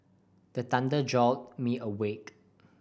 the thunder jolt me awake